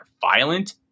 violent